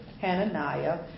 Hananiah